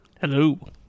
Hello